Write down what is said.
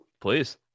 please